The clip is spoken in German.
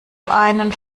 einen